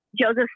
Joseph